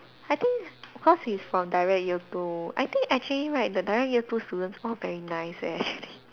I think because he's from direct year two I think actually right the direct year two students all very nice eh actually